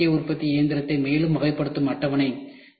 இது சேர்க்கை உற்பத்தி இயந்திரத்தை மேலும் வகைப்படுத்தும் அட்டவணை